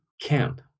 camp